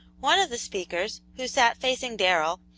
one of the speakers, who sat facing darrell,